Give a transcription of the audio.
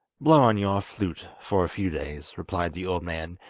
blow on your flute for a few days replied the old man,